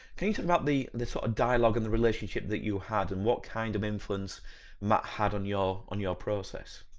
can you talk about the the sort of dialogue and the relationship that you had and what kind of influence matt had on your, on your process?